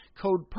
Code